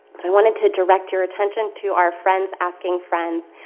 but i wanted to direct your attention to our friends asking friends.